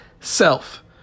self